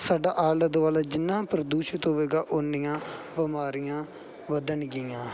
ਸਾਡਾ ਆਲਾ ਦੁਆਲਾ ਜਿੰਨਾਂ ਪ੍ਰਦੂਸ਼ਿਤ ਹੋਵੇਗਾ ਉੱਨੀਆਂ ਬਿਮਾਰੀਆਂ ਵਧਣਗੀਆਂ